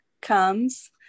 comes